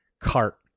cart